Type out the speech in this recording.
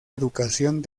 educación